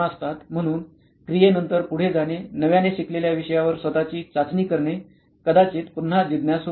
म्हणून क्रियेनंतर पुढे जाणे नव्याने शिकलेल्या विषयावर स्वतची चाचणी करणे कदाचित पुन्हा जिज्ञासू बनणे